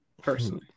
personally